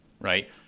right